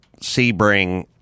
Sebring